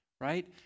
right